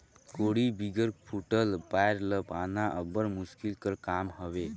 कोड़ी बिगर फूटल पाएर ल बाधना अब्बड़ मुसकिल कर काम हवे